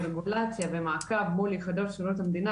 ורגולציה ומעקב מול יחידות שירות המדינה,